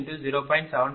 752 0